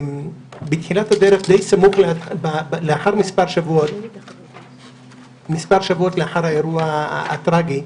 בתחילת הדרך, מספר שבועות לאחר האירוע הטרגי,